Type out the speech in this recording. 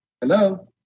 Hello